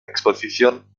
exposición